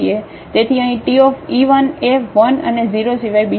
તેથી અહીં Te1 એ 1 અને 0 સિવાય બીજું કંઈ નથી